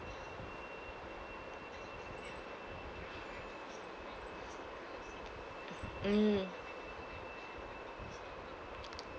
mm